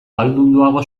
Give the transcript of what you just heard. ahaldunduago